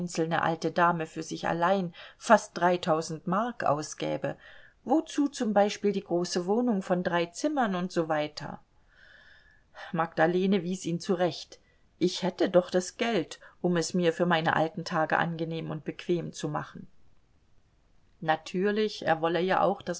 alte dame für sich allein fast mark ausgäbe wozu z b die große wohnung von drei zimmern u s w magdalene wies ihn zurecht ich hätte doch das geld um es mir für meine alten tage angenehm und bequem zu machen natürlich er wolle ja auch